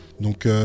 Donc